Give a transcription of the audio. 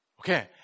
Okay